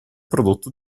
prodotto